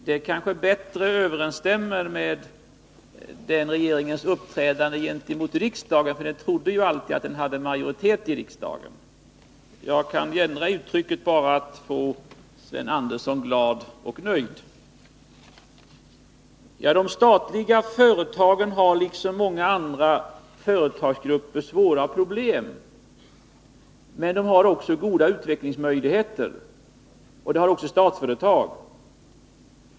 Det kanske bättre överensstämmer med den regeringens uppträdande gentemot riksdagen — den trodde ju alltid att den hade majoritet i riksdagen. De statliga företagen har liksom många andra företagsgrupper svåra problem. Men de har också goda utvecklingsmöjligheter.